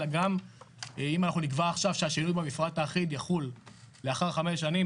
אלא גם אם אנחנו נקבע עכשיו שהשינוי במפרט האחיד יחול לאחר חמש שנים,